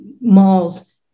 malls